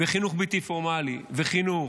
וחינוך בלתי פורמלי, וחינוך,